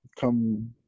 come